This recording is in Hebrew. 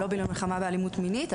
הלובי למלחמה באלימות מינית.